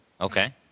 Okay